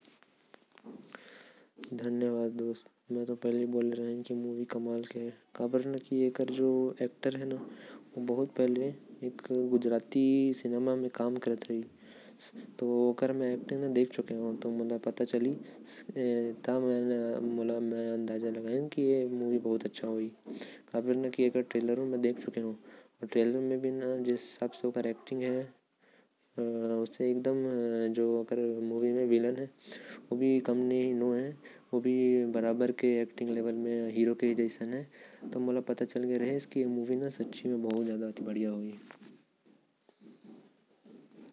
धन्यवाद मोर भाई! तोके तो पहले ही बोले रहे। की ए फ़िल्म कमाल के है। क्योकि एकर में जो हीरो हवे ओके में जानतो। पहले भी कुछ फ़िल्म में काम कर चुकिस है। एकर ट्रेलर भी देखे रहेन बढ़िया रहिस। एकर खातिर मोके पता रहिस फ़िल्म अच्छा होही।